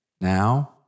Now